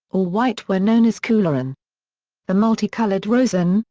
or white were known as couleren the multicolored rosen,